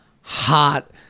hot